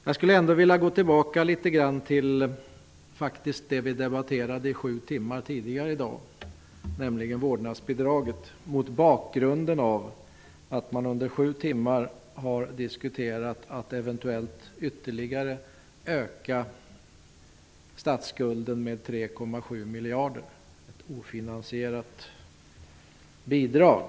Jag skulle faktiskt vilja något beröra det som vi debatterade under sju timmar tidigare i dag, nämligen vårdnadsbidraget, och då mot bakgrund av att det under nämnda sju timmar förts diskussioner om att eventuellt öka statsskulden med ytterligare 3,7 miljarder. Det handlar alltså om ett ofinansierat bidrag.